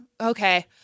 Okay